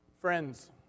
Friends